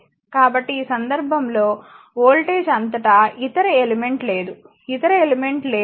కాబట్టి ఈ సందర్భంలో వోల్టేజ్ అంతటా ఇతర ఎలిమెంట్ లేదు ఇతర ఎలిమెంట్ లేదు